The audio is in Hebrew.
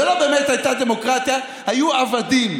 זו לא באמת הייתה דמוקרטיה, היו עבדים.